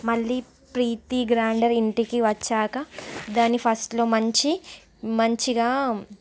మళ్ళీ ప్రీతి గ్రైండర్ ఇంటికి వచ్చాకా దాని ఫస్ట్లో మంచి మంచిగా